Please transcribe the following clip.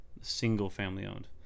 Single-family-owned